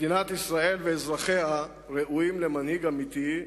מדינת ישראל ואזרחיה ראויים למנהיג אמיתי,